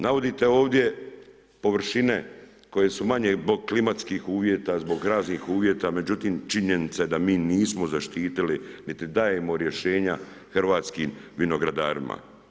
Navodite ovdje površine koje su manje zbog klimatskih uvjeta, zbog raznih uvjeta, međutim, činjenica je da mi nismo zaštitili niti dajemo rješenja hrvatskim vinogradarima.